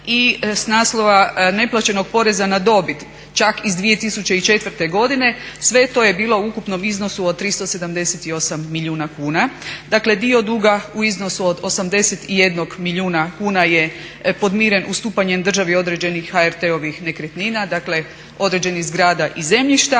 i s naslova neplaćenog poreza na dobit čak iz 2004. godine. Sve to je bilo u ukupnom iznosu od 378 milijuna kuna. Dakle, dio duga u iznosu od 81 milijuna kuna je podmiren ustupanjem državi određenih HRT-ovih nekretnina, dakle određenih zgrada i zemljišta